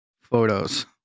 photos